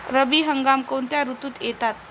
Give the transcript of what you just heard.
रब्बी हंगाम कोणत्या ऋतूत येतात?